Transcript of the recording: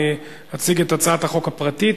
אני אציג את הצעת החוק הפרטית,